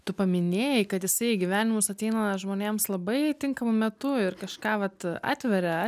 tu paminėjai kad jisai į gyvenimus ateina žmonėms labai tinkamu metu ir kažką vat atveria